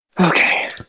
okay